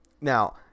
now